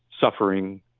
suffering